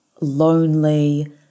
lonely